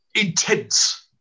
intense